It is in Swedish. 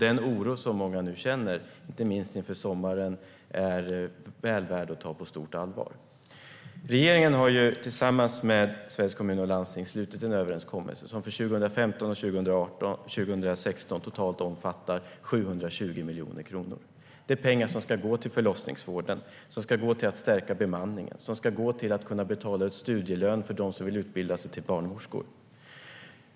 Den oro som många nu känner, inte minst inför sommaren, är väl värd att ta på stort allvar. Regeringen har tillsammans med Sveriges Kommuner och Landsting slutit en överenskommelse som för 2015 och 2016 omfattar totalt 720 miljoner kronor. Det är pengar som ska gå till förlossningsvården, till att stärka bemanningen, till att betala ut studielön till dem som vill utbilda sig till barnmorskor.